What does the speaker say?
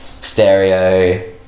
stereo